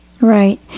Right